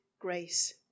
grace